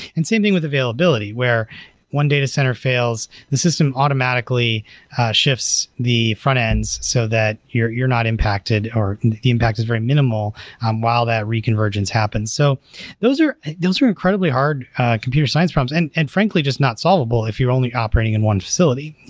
and same thing with availability, where one data center fails, the system automatically shifts the frontends so that you're you're not impacted, or the impact is very minimal um while that reconvergence happens. so those are incredibly hard computer science problems, and and frankly just not solvable if you're only operating in one facility, and